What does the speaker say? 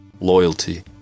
loyalty